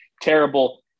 terrible